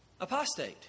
apostate